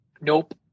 nope